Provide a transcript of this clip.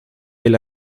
del